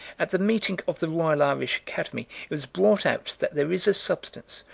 at the meeting of the royal irish academy it was brought out that there is a substance,